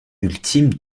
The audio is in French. ultime